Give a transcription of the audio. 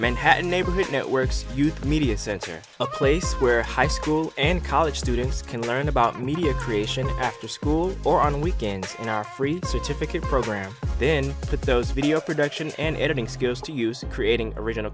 manhattan neighborhood networks youth media center a place where high school and college students can learn about media creation after school or on weekends and are free to pick a program then put those video production and editing skills to use in creating original